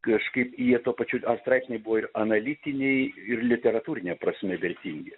kažkaip jie tuo pačiu a straipsniai buvo ir analitiniai ir literatūrine prasme vertingi